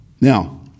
Now